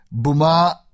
Buma